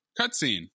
Cutscene